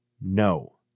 No